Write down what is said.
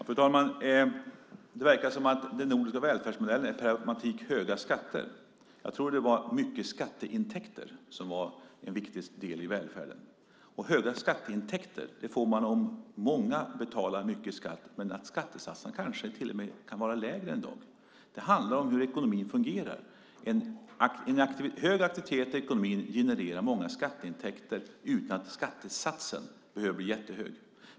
Fru talman! Det verkar som om den nordiska välfärdsmodellen per automatik betyder höga skatter. Jag trodde att det var stora skatteintäkter som var en viktig del i välfärden, och stora skatteintäkter får man om många betalar mycket skatt. Då kanske skattesatsen till och med kan vara lägre. Det handlar om hur ekonomin fungerar. En hög aktivitet i ekonomin genererar stora skatteintäkter utan att skattesatsen behöver bli jättehög.